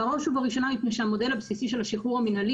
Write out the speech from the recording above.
בראש ובראשונה מפני שהמודל הבסיסי של השחרור המינהלי